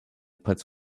puts